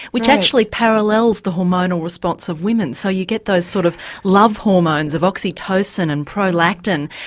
which actually parallels the hormonal response of women. so you get those sort of love hormones of oxytocins and prolactin,